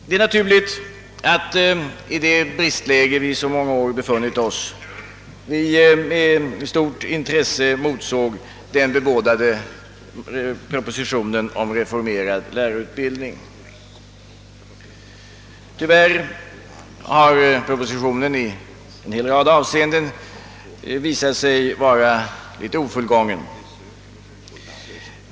Det är naturligt att vi i det bristläge, vari vi under så många år befunnit oss, med stort intresse motsåg den bebådade propositionen om reformerad lärarutbildning. Tyvärr har propositionen i en rad avseenden visat sig vara ofullgången.